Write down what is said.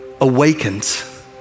awakens